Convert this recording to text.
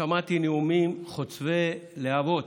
שמעתי נאומים חוצבי להבות